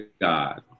God